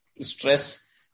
stress